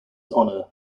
honor